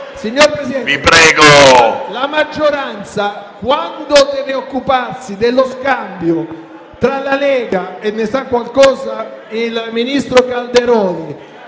Signor Presidente, la maggioranza, quando deve occuparsi dello scambio tra la Lega - e ne sa qualcosa il ministro Calderoli